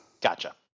Gotcha